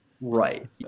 right